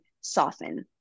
soften